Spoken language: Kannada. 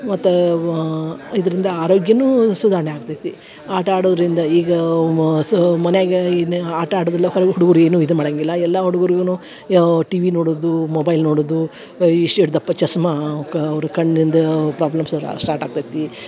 ಮತ್ತು ಇದರಿಂದ ಆರೋಗ್ಯನು ಸುಧಾರಣೆ ಆಗ್ತೈತಿ ಆಟ ಆಡೋದರಿಂದ ಈಗ ಮ ಸಾ ಮನ್ಯಾಗ ಇನ್ನು ಆಟ ಆಡೊದಿಲ್ಲ ಹೊರಗೆ ಹುಡ್ಗುರು ಏನು ಇದು ಮಾಡೊಂಗಿಲ್ಲ ಎಲ್ಲ ಹುಡುಗುರುಗುನು ಟಿವಿ ನೋಡೊದು ಮೊಬೈಲ್ ನೋಡೊದು ಇಷ್ಟು ಇಟ್ ದಪ್ಪ ಚಸ್ಮಾ ಅವ್ಕ ಅವ್ರ ಕಣ್ಣಿಂದ ಪ್ರಾಬ್ಲಮ್ಸ್ ಸ್ಟಾರ್ಟ್ ಆಗ್ತೈತಿ